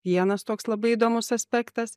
vienas toks labai įdomus aspektas